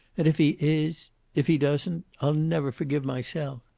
and if he is if he doesn't, i'll never forgive myself.